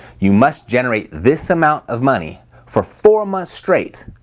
you must generate this amount of money for four months straight,